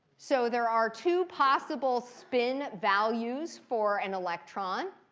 so there are two possible spin values for an electron.